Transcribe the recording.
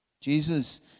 Jesus